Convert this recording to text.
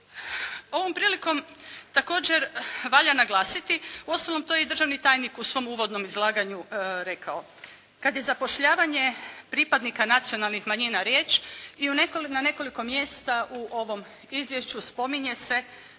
Ovom prilikom također valja naglasiti, uostalom to je i državni tajnik u svom uvodnom izlaganju rekao, kad je zapošljavanje pripadnika nacionalnih manjina riječ i u, na nekoliko mjesta u ovom izvješću spominje se